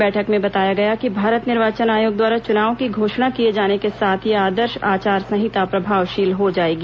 बैठक में बताया गया कि भारत निर्वाचन आयोग द्वारा चुनाव की घोषणा किए जाने के साथ ही आदर्श आचार संहिता प्रभावशील हो जाएगी